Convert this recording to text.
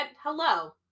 Hello